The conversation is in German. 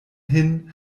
hin